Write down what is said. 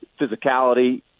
physicality